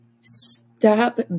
Stop